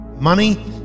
Money